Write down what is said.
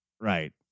right